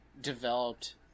developed